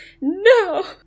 No